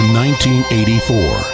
1984